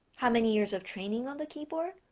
how many years of training on the keyboard,